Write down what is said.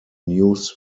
news